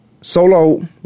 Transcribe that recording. solo